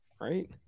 right